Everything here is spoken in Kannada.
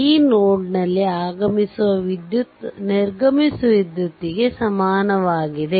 ಈ ನೋಡ್ ನಲ್ಲಿ ಆಗಮಿಸುವ ವಿದ್ಯುತ್ ನಿರ್ಗಮಿಸುವ ವಿದ್ಯುತ್ ಗೆ ಸಮಾನವಾಗಿದೆ